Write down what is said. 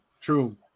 true